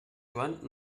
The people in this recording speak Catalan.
joan